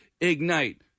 ignite